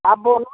आप बोला